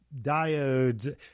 diodes